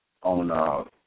on